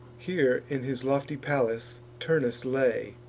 here, in his lofty palace, turnus lay,